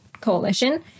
coalition